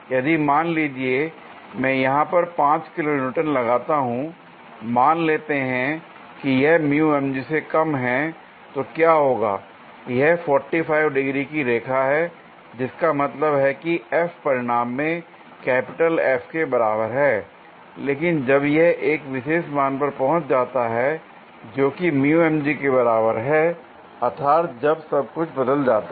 यदि मान लीजिए मैं यहां पर 5 किलो न्यूटन लगाता हूं l मान लेते हैं कि यह से कम है l तो क्या होगा यह 45 डिग्री की रेखा है जिसका मतलब है कि f परिमाण में कैपिटल F के बराबर है लेकिन जब यह एक विशेष मान पर पहुंच जाता है जोकि के बराबर है अर्थात् जब सब कुछ बदल जाता है